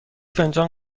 فنجان